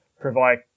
provide